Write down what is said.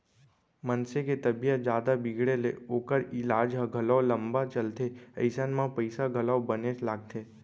मनसे के तबीयत जादा बिगड़े ले ओकर ईलाज ह घलौ लंबा चलथे अइसन म पइसा घलौ बनेच लागथे